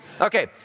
Okay